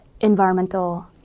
environmental